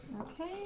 Okay